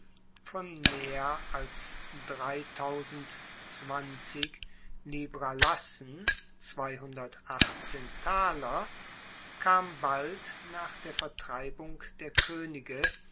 von mehr als lila kam bald nach der vertreibung der koenige